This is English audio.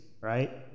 right